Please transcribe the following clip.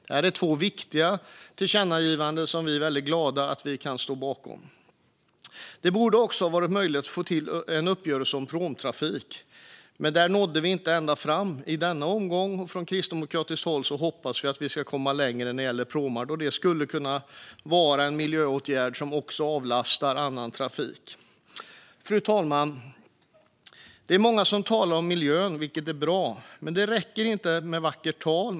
Detta är två viktiga tillkännagivanden som vi är väldigt glada att vi kan stå bakom. Det borde också ha varit möjligt att få till en uppgörelse om pråmtrafik, men där nådde vi inte ända fram i denna omgång. Från kristdemokratiskt håll hoppas vi att vi ska komma längre när det gäller pråmar. Det skulle kunna vara en miljöåtgärd som också avlastar annan trafik. Fru talman! Det är många som talar om miljön, vilket är bra, men det räcker inte med vackert tal.